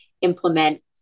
implement